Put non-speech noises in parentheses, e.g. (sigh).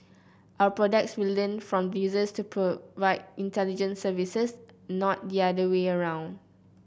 our products will learn from (unintelligible) to provide intelligent services not the other way around